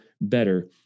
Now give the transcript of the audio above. better